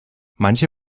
manche